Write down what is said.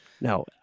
Now